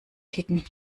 picken